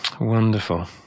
wonderful